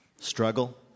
struggle